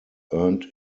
earned